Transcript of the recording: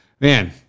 Man